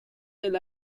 del